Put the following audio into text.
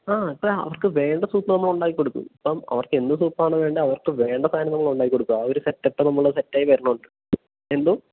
ആ അത് അവർക്ക് വേണ്ട സൂപ്പ് നമ്മൾ ഉണ്ടാക്കി കൊടുക്കും അപ്പം അവർക്ക് എന്ത് സൂപ്പാണ് വേണ്ടേ അവർക്ക് വേണ്ട സാധനം നമ്മൾ ഉണ്ടാക്കി കൊടുക്കും ആ ഒരു സെറ്റപ്പ് നമ്മൾ സെറ്റായി വരുന്നുണ്ട് എന്തോ